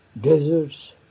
deserts